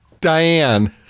Diane